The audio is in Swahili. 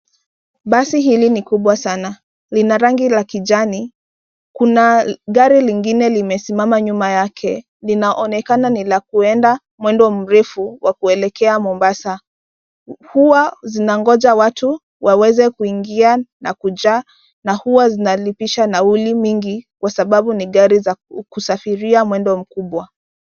Basi hili ni kubwa sana. Lina rangi la kijani, kuna gari lingine limesimama nyuma yake ,linaonekana ni la kuenda mwendo mrefu wa kuelekea Mombasa. Huwa zinangoja watu waweze kuingia na kujaa na huwa zinalipisha nauli mingi kwa sababu ni gari za kusafiria mwendo mkubwa.